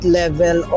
level